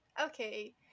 okay